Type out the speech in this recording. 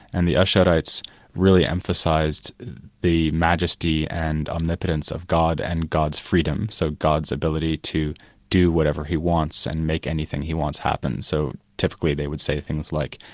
and the ash'arites really emphasised the majesty and omnipotence of god and god's freedom, so god's ability to do whatever he wants, and make anything he wants happen. so, typically they would say things like,